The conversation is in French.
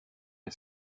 est